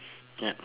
ya